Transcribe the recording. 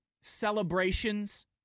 celebrations